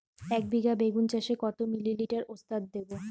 একবিঘা বেগুন চাষে কত মিলি লিটার ওস্তাদ দেবো?